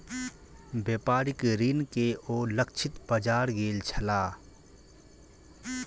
व्यापारिक ऋण के ओ लक्षित बाजार गेल छलाह